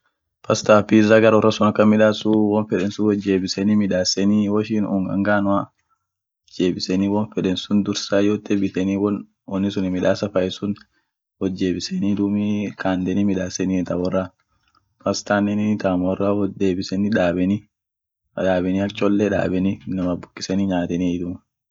pastaaf piza bare wora sun akan midaasu win feden sun wojeebiseni midaaseni woishin unga nganoa won feden sun midaaseni won feden sun biteni wot jeebiseni dumii kaandeni midaasenie ta wora pastaanen taam wora wot jeetjebiseni midaaseni ak chole baabeni inama bukiseni nyaatenie duum